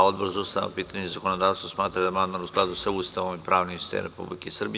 Odbor za ustavna pitanja i zakonodavstvo smatra da je amandman u skladu sa Ustavom i pravnim sistemom Republike Srbije.